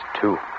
two